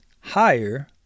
higher